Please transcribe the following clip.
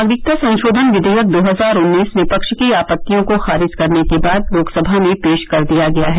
नागरिकता संशोधन विधेयक दो हजार उन्नीस विपक्ष की आपत्तियों को खारिज करने के बाद लोकसभा में पेश कर दिया गया है